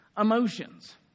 emotions